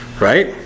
right